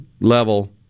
level